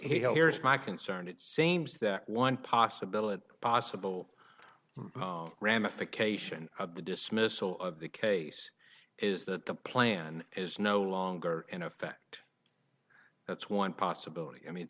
here is my concern it seems that one possibility possible ramification of the dismissal of the case is that the plan is no longer in effect that's one possibility i mean